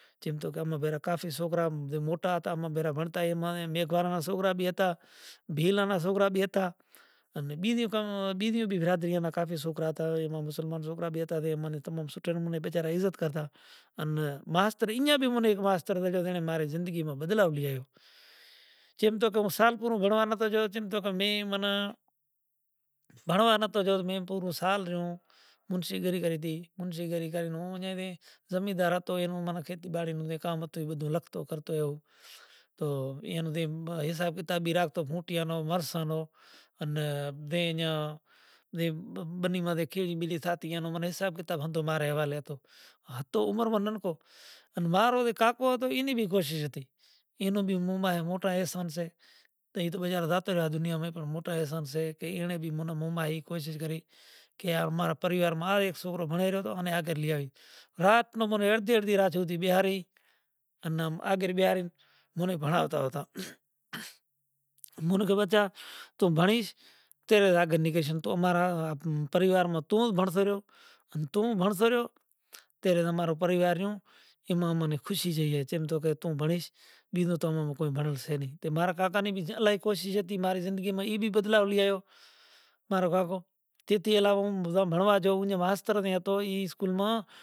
چیم تو کہ امے مارا بھیگا کوفی سوکرا جیم موٹا ھتا امے بھیگا بھنڑتا ایما میگھواڑن نا سوکرا بی ھتا، بھیل نا سوکرا بی ھتا انے بیجی قوم بیجیوں برادری نا بھی سوکرا ھتا ایما مسلمان سوکرا بھی ھتا تے منے تمم سوٹھیارے بیچارا عزت کرتا ان ماسترے اینیاں بی مونے اک ماسترے جے مارا زندگی ما بدلاؤ لئی آیوں۔ چیم تو کے موں سال پورو بھنڑوا نتھو جیو چیم تو کے میں منا بھنڑوا نتھو جیو میں پورو سال رہیو منشی گرے گرے تھی منشی گری گری موں جنے زمیندار ھتو اے مونے کھیتی باڑی نو کام ھتو لکھتو کرتو ایھو توں ایین دے حساب کتاب راکھتو کہ بوٹیا نوں ورسا نو انے بےاینجا دی بنی مادے کھے بیجی ساتھیانوں حساب کتاب ھتو مارا ھوالے ھتو ھا تو عمر منن کو انے وارو دے کاکو ھتو اینی بھی کوشش ھتی اینو بھی موں ماھے موٹا احسان سہ تو اے تو بیچارا جاتا رہیا دنیا میں موٹا احسان سہ کہ اینڑے بھی موں ماری کوشش کری کہ امارا پریوار ما اک سوکرو بھنڑوئے رہے تو آگل لئی آئیی ، رات مو اڑدھی اڑدھی رات ھوئے بیہاڑی اننا آگے بیہاڑی مونے بھنڑاوتا ھتا۔ مونے کبچہ تو بھنڑیش تیرے آگے نکل شے تو مارا را پریوار ما توں بھنڑتو رہیو، توں بھنڑتو رہیو تیرے امارو پریوار رہیو ایما امنے خوشی چاھیے چیم توں کو توں بھنڑیش تو بیجو تو اماموں کوئے بھنڑش سہ نہیں تو مار کاکا نے بیجی الایک کوشش ھتی مارا زندگی ما ای بھی بدلاؤ لئی آیو۔ مارو کاکو جے تھیے لاؤ موں بھنڑوا جاؤں جا واسترے ھتو ایی اسکول ما۔